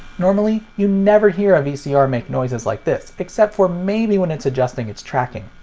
normally you never hear a vcr make noises like this, except for maybe when it's adjusting its tracking.